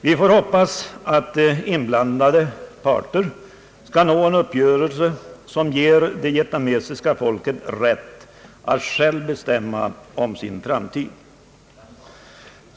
Vi får hoppas att inblandade parter skall nå en uppgörelse som ger det vietnamesiska folket rätt att självt bestämma om sin framtid.